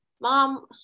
mom